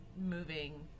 moving